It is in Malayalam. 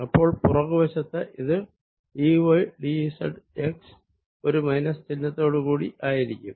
അപ്പോൾ പുറകു വശത്ത് ഇത് d y d z x ഒരു മൈനസ് ചിഹ്നത്തോട് കൂടി ആയിരിക്കും